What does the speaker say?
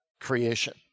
creation